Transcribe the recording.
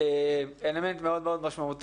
זה אלמנט מאוד מאוד משמעותי.